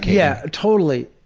yeah, totally.